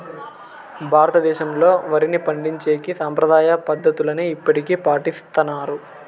భారతదేశంలో, వరిని పండించేకి సాంప్రదాయ పద్ధతులనే ఇప్పటికీ పాటిస్తన్నారు